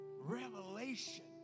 revelation